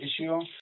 issue